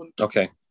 Okay